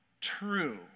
true